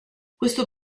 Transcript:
questo